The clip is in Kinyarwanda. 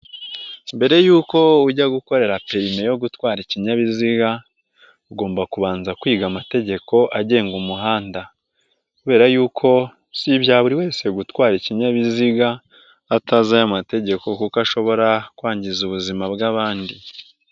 Mbere yuko ujya gukorera perime yo gutwara ikinyabiziga ugomba kubanza kwiga amategeko agenga umuhanda kubera yuko si ibya buri wese gutwara ikinyabiziga atazi aya mategeko kuko ashobora kwangiza ubuzima bw'abandi.